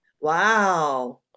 Wow